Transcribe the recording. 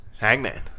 Hangman